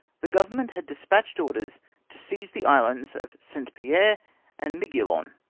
the government had despatched orders to seize the islands of st. pierre and iiguilon,